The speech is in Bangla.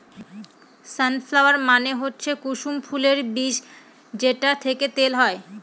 সান ফ্লাওয়ার মানে হচ্ছে কুসুম ফুলের বীজ যেটা থেকে তেল হয়